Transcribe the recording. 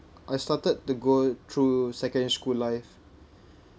I started to go through secondary school life